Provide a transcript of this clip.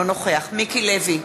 אינו נוכח מיקי לוי,